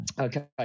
Okay